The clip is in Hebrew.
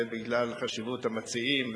ובגלל חשיבות המציעים,